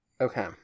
Okay